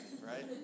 right